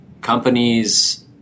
companies